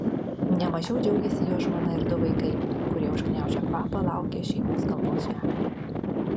ne mažiau džiaugėsi jo žmona ir du vaikai kurie užgniaužę kvapą laukė šeimos galvos žemėje